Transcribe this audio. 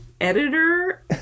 editor